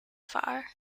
war